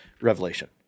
Revelation